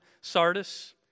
Sardis